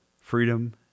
freedom